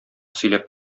сөйләп